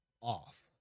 off